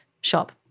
shop